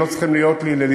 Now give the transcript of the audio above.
ולא צריכים להיות לי.